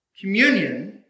Communion